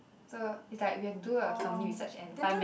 so is like we have to do a company research and find man